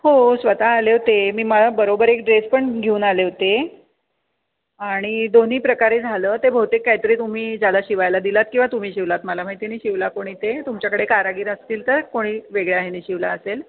हो स्वतः आले होते मी मला बरोबर एक ड्रेस पण घेऊन आले होते आणि दोन्ही प्रकारे झालं ते बहुतेक काहीतरी तुम्ही ज्याला शिवायला दिलात किंवा तुम्ही शिवलात मला माहिती नाही शिवला कोणी ते तुमच्याकडे कारागीर असतील तर कोणी वेगळ्या ह्याने शिवला असेल